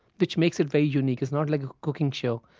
which makes it very unique it's not like a cooking show.